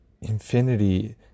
Infinity